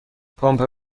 پمپ